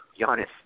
Giannis